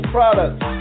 Products